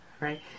Right